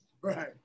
Right